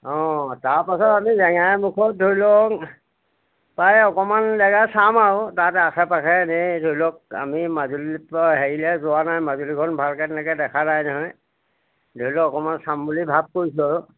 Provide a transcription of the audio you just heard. অঁ তাৰপাছত আমি জেংৰাইমুখত ধৰি লওক প্ৰায় অকমান জেগা চাম আৰু তাত আশে পাশে ধৰি লওক আমি মাজুলীৰ পৰা হেৰিলে যোৱা নাই মাজুলীখন ভাৰকে তেনেকে দেখা নাই নহয় ধৰি লওক অকমান চাম বুলি ভাব কৰিছোঁ আৰু